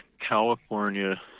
California